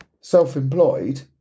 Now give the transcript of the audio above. self-employed